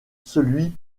celui